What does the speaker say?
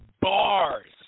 bars